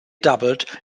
doubled